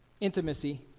Intimacy